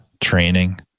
Training